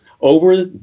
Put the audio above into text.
over